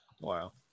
wow